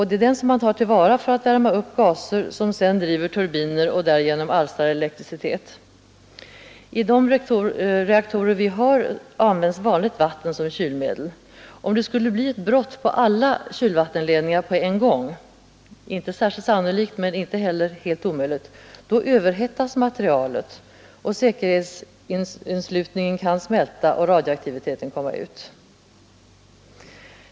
Det är denna man tar till vara för att värma upp gaser, som sedan driver turbiner och därigenom alstrar elektricitet. I de reaktorer vi har används vanligt vatten som kylmedel. Om det skulle bli ett brott på alla kylvattenledningar på en gång — det är inte särskilt sannolikt men inte heller helt omöjligt — överhettas materialet och säkerhetsinslutningen kan smälta och radioaktiviteten komma ut.